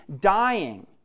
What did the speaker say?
dying